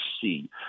see